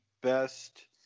best